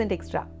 Extra